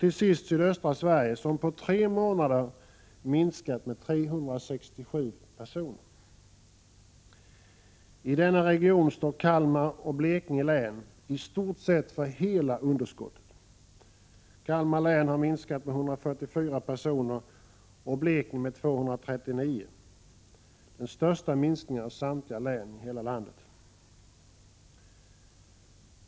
Till sist: Sydöstra Sverige har på tre månader minskat med 367 personer. I denna region står Kalmar och Blekinge län för i stort sett hela underskottet. Kalmar län har minskat med 144 personer och Blekinge med 239, den största minskningen av samtliga län i hela landet.